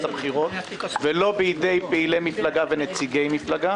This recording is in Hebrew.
הבחירות ולא על ידי פעילי מפלגה או נציגי מפלגה.